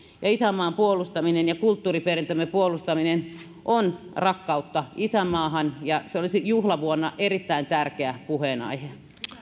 ja isänmaan puolustaminen ja kulttuuriperintömme puolustaminen ovat rakkautta isänmaahan se olisi juhlavuonna erittäin tärkeä puheenaihe